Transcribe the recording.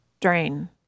drain